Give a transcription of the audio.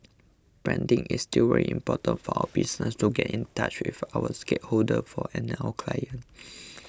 branding is still very important for our business to get in touch with our stakeholders for and our clients